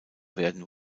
werden